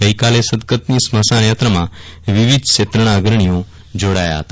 ગઇકાલે સ્મશાનયાત્રામાં વિવિધ ક્ષેત્રનાં અગ્રણીઓ જોડાયા હતા